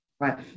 Right